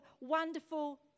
Wonderful